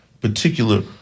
particular